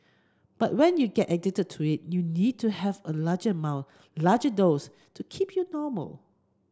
but when you get addicted to it you need to have a larger amount larger dose to keep you normal